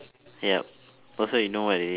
yup oh so you know what it is